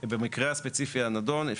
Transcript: במקרה הספציפי הנדון,